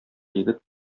егет